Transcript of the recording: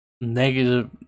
negative